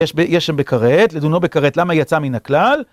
יש ב יש שם בקראת, לדונו בקראת למה היא יצאה מן הכלל.